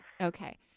Okay